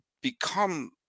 become